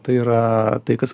tai yra tai kas